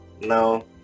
No